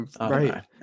Right